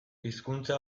hizkuntza